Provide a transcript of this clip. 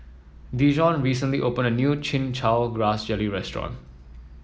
Dijon recently opened a new Chin Chow Grass Jelly restaurant